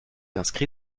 inscrit